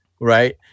right